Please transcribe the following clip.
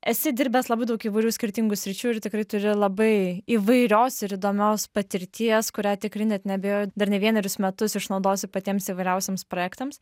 esi dirbęs labai daug įvairių skirtingų sričių ir tikrai turi labai įvairios ir įdomios patirties kurią tikrai net neabejoju dar ne vienerius metus išnaudosi ir patiems įvairiausiems projektams